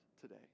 today